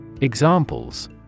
Examples